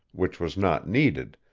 which was not needed,